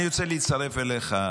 אני רוצה להצטרף אליך,